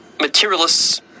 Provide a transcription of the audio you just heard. materialists